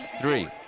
Three